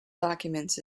documents